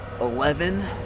Eleven